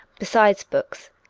besides books,